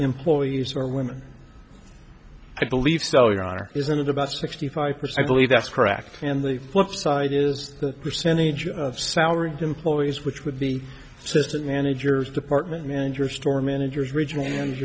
employees are women i believe so your honor isn't it about sixty five percent believe that's correct and the flip side is the percentage of salaried employees which would be system managers department managers store managers r